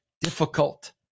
difficult